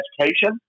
education